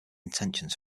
intentions